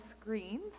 screen